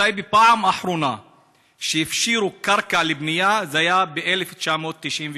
בטייבה הפעם האחרונה שהפשירו קרקע לבנייה הייתה ב-1993.